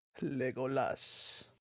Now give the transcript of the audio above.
Legolas